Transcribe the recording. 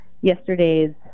yesterday's